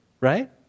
Right